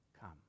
come